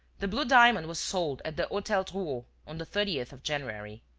the blue diamond was sold at the hotel drouot on the thirtieth of january.